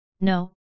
No